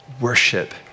worship